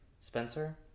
Spencer